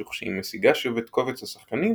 וכשהיא משיגה שוב את קובץ השחקנים,